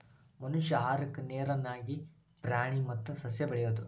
ಮನಷ್ಯಾ ಆಹಾರಕ್ಕಾ ನೇರ ನ್ಯಾಗ ಪ್ರಾಣಿ ಮತ್ತ ಸಸ್ಯಾ ಬೆಳಿಯುದು